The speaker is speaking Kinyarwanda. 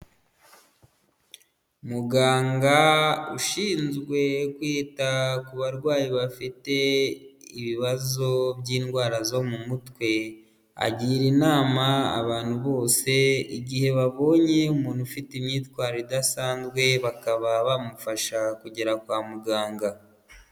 Muganga ushinzwe kwita ku barwayi bafite ibibazo by'indwara zo mu mutwe, agira inama abantu bose, igihe babonye umuntu ufite imyitwarire idasanzwe, bakaba bamufasha kugera kwa muganga.